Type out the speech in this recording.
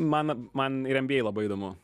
man man ir nba labai įdomu